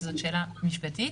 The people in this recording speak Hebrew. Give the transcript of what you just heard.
כי זאת שאלה משפטית.